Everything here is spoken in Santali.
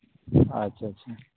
ᱟᱪᱪᱷᱟ ᱟᱪᱪᱷᱟ